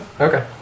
Okay